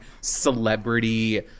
celebrity